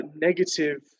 negative